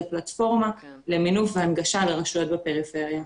פלטפורמה למינוף והנגשה לרשויות בפריפריה.